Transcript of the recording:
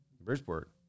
Bridgeport